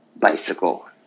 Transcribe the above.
bicycle